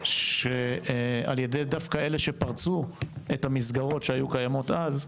דווקא על-ידי אלה שפרצו את המסגרות שהיו קיימות אז,